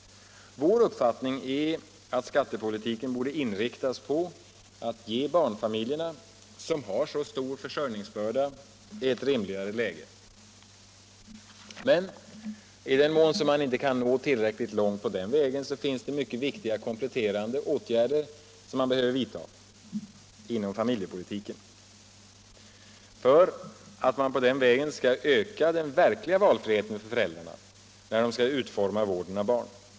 Vår uppfattning är att skattepolitiken borde inriktas på att ge barnfamiljerna, som har så stor försörjningsbörda, ett rimligare läge. I den mån man inte kan nå tillräckligt långt på den vägen finns det mycket viktiga kompletterande åtgärder att vidta inom familjepolitiken för att öka den verkliga valfriheten för föräldrarna när de skall utforma vården av barnen.